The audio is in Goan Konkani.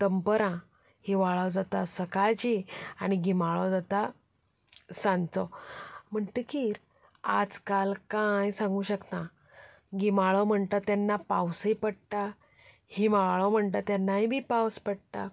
दनपारां हिवाळो जाता सकाळचें आनी गिमाळो जाता सांजचो म्हणटकीर आजकाल कांय सांगूंक शकना गिमाळो म्हणटा तेन्ना पावसूय पडटा हिंवाळो म्हणटा तेन्नाय बी पावस पडटा